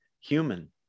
human